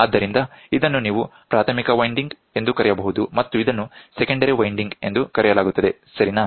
ಆದ್ದರಿಂದ ಇದನ್ನು ನೀವು ಪ್ರಾಥಮಿಕ ವೈಂಡಿಂಗ್ ಎಂದು ಕರೆಯಬಹುದು ಮತ್ತು ಇದನ್ನು ಸೆಕೆಂಡರಿ ವೈಂಡಿಂಗ್ ಎಂದು ಕರೆಯಲಾಗುತ್ತದೆ ಸರಿನಾ